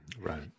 Right